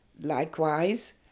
Likewise